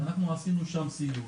אנחנו עשינו שם סיור